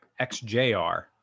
XJR